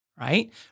right